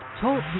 Talk